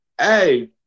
Hey